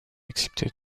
équipé